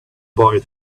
boy